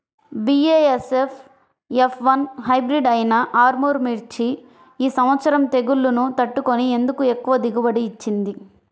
BASF F one hybrid అయినా ఆర్ముర్ మిర్చి ఈ సంవత్సరం తెగుళ్లును తట్టుకొని ఎందుకు ఎక్కువ దిగుబడి ఇచ్చింది?